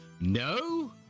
no